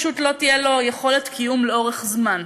פשוט לא תהיה לו יכולת קיום לאורך זמן.